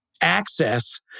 access